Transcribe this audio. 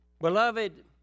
Beloved